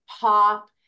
pop